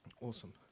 Awesome